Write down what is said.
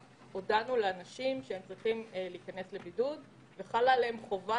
הודענו לאנשים שהם צריכים להיכנס לבידוד ושחלה עליהם חובה